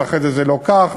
ואחרי זה: זה לא כך,